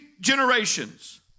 generations